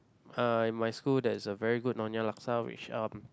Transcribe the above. uh in my school there is a very good Nyonya laksa which um